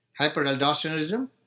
Hyperaldosteronism